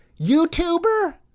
YouTuber